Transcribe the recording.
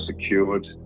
secured